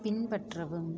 பின்பற்றவும்